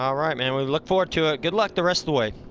um right, and and we look forward to it good luck the rest of the way.